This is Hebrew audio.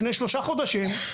לפני שלושה חודשים,